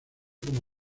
como